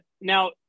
Now